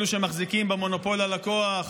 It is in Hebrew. אלה שמחזיקים במונופול על הכוח,